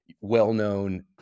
well-known